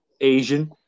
Asian